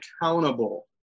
accountable